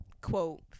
quote